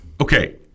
Okay